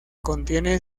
contiene